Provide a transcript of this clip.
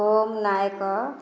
Om Nayak